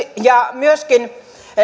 ja myöskin